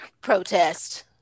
protest